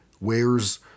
wears